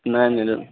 नानीहरू